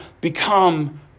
become